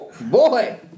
Boy